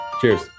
cheers